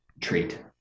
treat